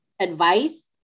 advice